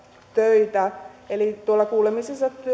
töitä eli tuolla kuulemisissa